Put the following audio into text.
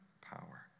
power